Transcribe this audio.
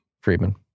Friedman